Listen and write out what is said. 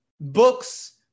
books